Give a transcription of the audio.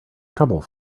trouble